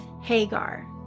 Hagar